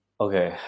Okay